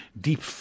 deep